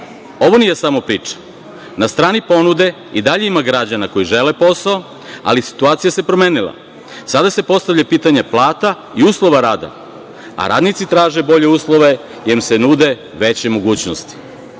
nije samo priča. Na strani ponude i dalje ima građana koji žele posao, ali situacija se promenila. Sada se postavlja pitanje plata i uslova rada, a radnici traže bolje uslove, jer im se nude veće mogućnosti. Rekao